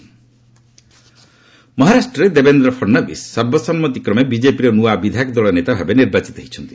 ମହା ପଲିଟିକୁ ମହାରାଷ୍ଟ୍ରରେ ଦେବେନ୍ଦ୍ର ଫଡ଼ନବୀଶ ସର୍ବସମ୍ମତିକ୍ରମେ ବିକ୍ଷେପିର ନ୍ତଆ ବିଧାୟକ ଦଳ ନେତା ଭାବେ ନିର୍ବାଚିତ ହୋଇଛନ୍ତି